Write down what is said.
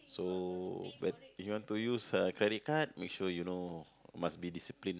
so bet~ if you want to use uh credit card make sure you know must be disciplined